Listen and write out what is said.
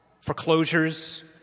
foreclosures